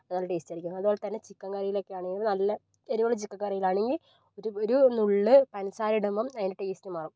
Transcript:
നല്ല ടേസ്റ്റ് ആയിരിക്കും അതുപോലെതന്നെ ചിക്കൻ കറിയിലൊക്കെ ആണെങ്കിൽ നല്ല എരിവുള്ള ചിക്കൻ കറിയിലാണെങ്കിൽ ഒരു ഒരു നുള്ള് പഞ്ചസാര ഇടുമ്പം അതിൻ്റെ ടേസ്റ്റ് മാറും